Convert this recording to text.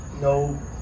no